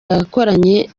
bakoranye